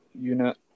unit